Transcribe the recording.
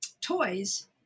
toys